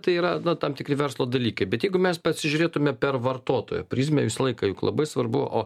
tai yra tam tikri verslo dalykai bet jeigu mes pasižiūrėtume per vartotojo prizmę visą laiką juk labai svarbu o